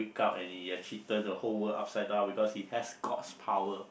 up and he actually turn the whole world upside down because he has God's power